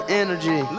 energy